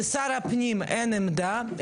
לשר הפנים אין עמדה,